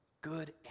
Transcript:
Good